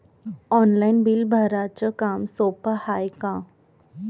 Online bill भराच काम सोपं हाय का?